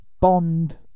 bond